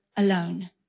alone